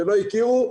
שלא הכירו,